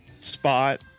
spot